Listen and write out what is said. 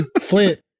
Flint